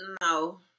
No